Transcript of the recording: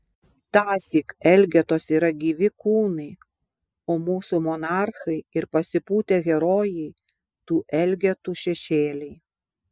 tąsyk elgetos yra gyvi kūnai o mūsų monarchai ir pasipūtę herojai tų elgetų šešėliai